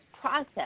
process